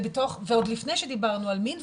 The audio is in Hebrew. ועוד לפני שדיברנו על מין,